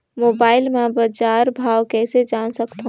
Mobile म बजार भाव कइसे जान सकथव?